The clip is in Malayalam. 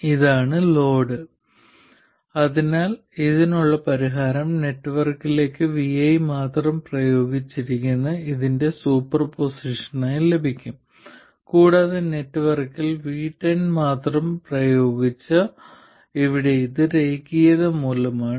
ഇതാണ് ലോഡ് അതിനാൽ ഇതിനുള്ള പരിഹാരം നെറ്റ്വർക്കിലേക്ക് vi മാത്രം പ്രയോഗിച്ചിരിക്കുന്ന ഇതിന്റെ സൂപ്പർപോസിഷനായി ലഭിക്കും കൂടാതെ നെറ്റ്വർക്കിൽ v10 മാത്രം പ്രയോഗിച്ച ഇവിടെ ഇത് രേഖീയത മൂലമാണ്